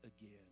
again